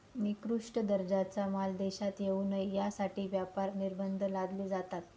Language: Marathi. निकृष्ट दर्जाचा माल देशात येऊ नये यासाठी व्यापार निर्बंध लादले जातात